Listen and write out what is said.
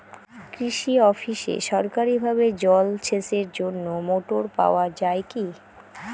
কৃষি অফিসে সরকারিভাবে জল সেচের জন্য মোটর পাওয়া যায় কি?